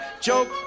joke